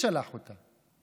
בגלל שאת זה היא זכרה.